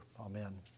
Amen